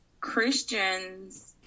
Christians